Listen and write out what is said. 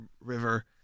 river